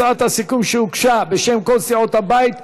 הצעת הסיכום שהוגשה בשם כל סיעות הבית אושרה.